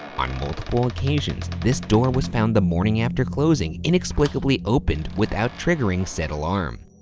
on multiple occasions, this door was found the morning after closing inexplicably opened without triggering said alarm.